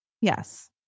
Yes